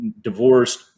divorced